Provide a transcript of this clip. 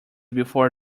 before